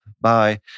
bye